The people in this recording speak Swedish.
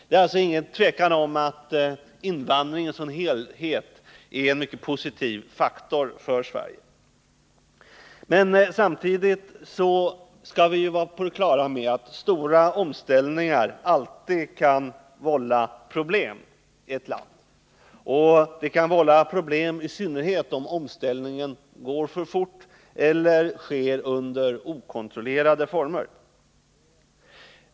Det är alltså inget tvivel om att invandringen i sin helhet utgör en mycket positiv faktor för Sverige. Samtidigt skall vi vara på det klara med att stora omställningar alltid kan vålla problem för ett land. Problem kan uppstå i synnerhet när omställningen går för fort eller sker i okontrollerade former.